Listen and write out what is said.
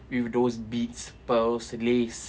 with those beads pearls laces